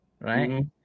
Right